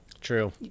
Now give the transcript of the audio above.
true